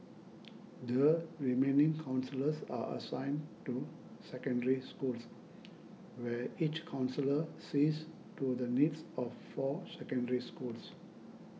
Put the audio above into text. the remaining counsellors are assigned to Secondary Schools where each counsellor sees to the needs of four Secondary Schools